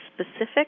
specific